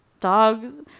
dogs